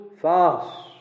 fast